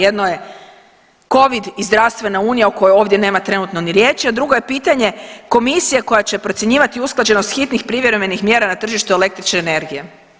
Jedno je covid i zdravstvena Unija o kojoj ovdje nema trenutno ni riječi, da drugo je pitanje komisije koja će procjenjivati usklađenost hitnih privremenih mjera na tržištu električne energije.